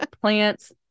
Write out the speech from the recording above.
plants